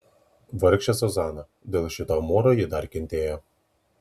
vargšė zuzana dėl šito amūro ji dar kentėjo